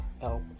help